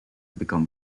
become